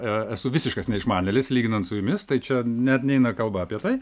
esu visiškas neišmanėlis lyginant su jumis tai čia net neina kalba apie tai